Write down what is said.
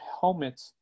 helmet